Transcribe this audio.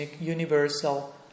universal